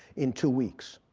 in two weeks.